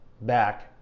back